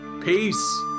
Peace